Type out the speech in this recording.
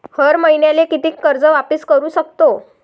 हर मईन्याले कितीक कर्ज वापिस करू सकतो?